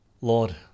Lord